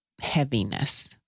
heaviness